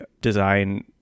design